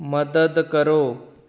ਮਦਦ ਕਰੋ